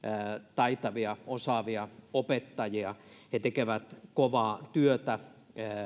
taitavia osaavia opettajia he tekevät kovaa työtä